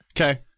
Okay